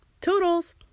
Toodles